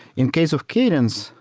in case of cadence,